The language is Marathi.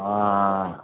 हां